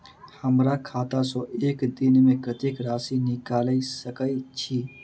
हमरा खाता सऽ एक दिन मे कतेक राशि निकाइल सकै छी